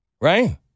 Right